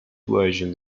versions